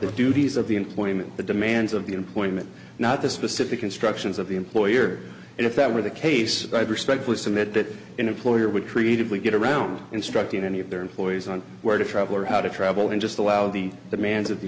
duties of the employment the demands of the employment not the specific instructions of the employer and if that were the case i'd respectfully submit that employer would creatively get around instructing any of their employees on where to travel or how to travel and just allow the demands of the